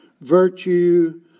virtue